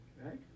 right